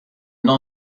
not